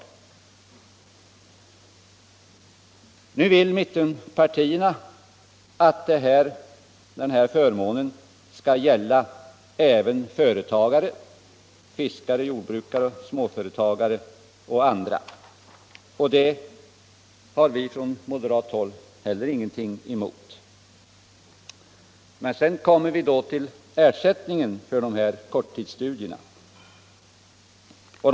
Nu vill mittenpartierna att den här förmånen skall gälla även egna företagare, t.ex. fiskare, jordbrukare och småföretagare. Det har vi från moderat håll inte heller någonting emot. Men sedan kommer vi till ersättningen för de här korttidsstuderande.